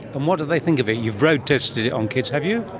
and what do they think of it? you've road-tested it on kids, have you?